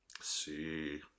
See